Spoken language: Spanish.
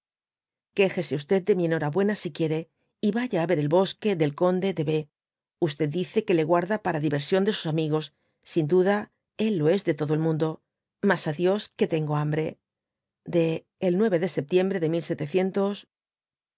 quéjese de mi enhorabuena si quiere y vaya á ver el bosque del conde de b dice que le guarda para diversión de sus amigos sin duda él lo es de todo el mundo mas á dios que tengo hambre de el de septiembre de